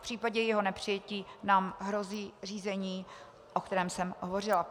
V případě jejího nepřijetí nám hrozí řízení, o kterém jsem hovořila.